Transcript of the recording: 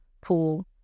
pool